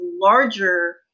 larger